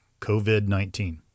COVID-19